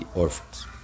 orphans